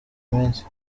minsi